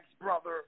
brother